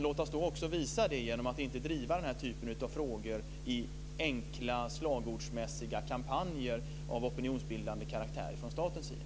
Låt oss då också visa det genom att inte driva denna typ av frågor i enkla slagordsmässiga kampanjer av opinionsbildande karaktär från statens sida.